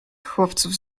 chłopców